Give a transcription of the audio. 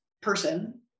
person